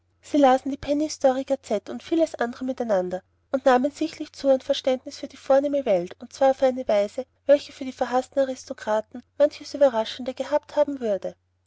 sie lasen die penny story gazette und vieles andre miteinander und nahmen sichtlich zu an verständnis für die vornehme welt und zwar in einer weise welche für die verhaßten aristokraten manches ueberraschende gehabt haben würde